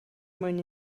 mwyn